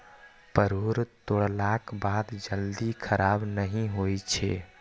परोर तोड़लाक बाद जल्दी खराब नहि होइ छै